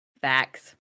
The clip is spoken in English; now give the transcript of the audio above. Facts